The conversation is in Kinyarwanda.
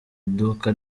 iduka